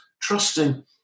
trusting